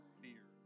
fear